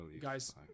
guys